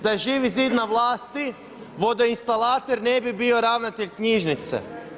Da je Živi zid na vlasti vodoinstalater ne bi bio ravnatelj knjižnice.